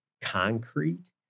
concrete